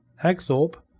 hagthorpe,